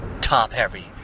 top-heavy